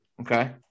Okay